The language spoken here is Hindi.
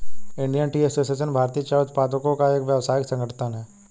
इंडियन टी एसोसिएशन भारतीय चाय उत्पादकों का एक व्यावसायिक संगठन है